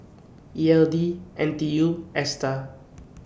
E L D N T U and ASTAR